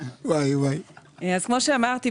אז כמו שאמרתי,